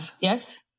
Yes